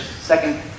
Second